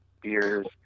beers